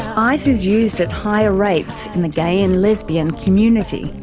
ice is used at higher rates in the gay and lesbian community.